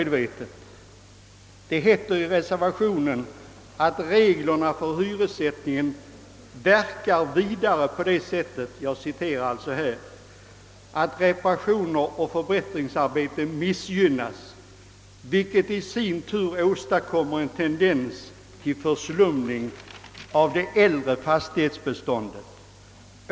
Det heter i reservationen att »reglerna för hyressättningen verkar vidare på det sättet att reparationer och förbättringsarbeten missgynnas, vilket i sin tur åstadkommer en tendens till förslumning av det äldre fastighetsbeståndet.